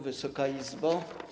Wysoka Izbo!